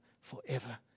forever